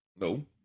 No